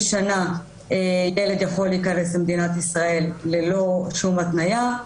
שנה ילד יכול להיכנס למדינת ישראל ללא שום התניה,